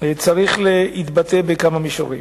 צריך להתבטא בכמה מישורים.